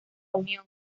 unión